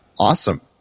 Awesome